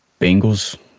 Bengals